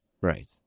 right